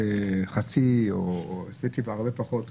שלגבי חצי מהמספר הזה,